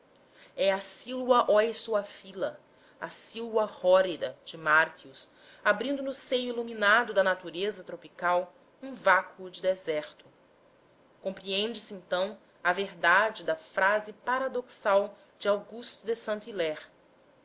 é a silva aestu aphylla a silva horrida de martius abrindo no seio iluminado da natureza tropical um vácuo de deserto compreende-se então a verdade da frase paradoxal de aug de